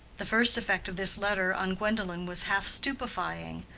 the first effect of this letter on gwendolen was half-stupefying.